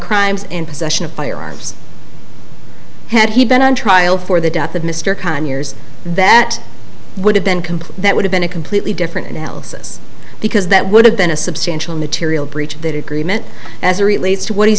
crimes in possession of firearms had he been on trial for the death of mr conyers that would have been complete that would have been a completely different analysis because that would have been a substantial material breach that agreement as a relates to what he's